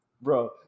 Bro